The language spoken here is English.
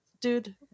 dude